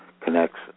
connects